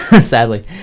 sadly